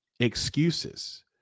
excuses